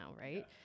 right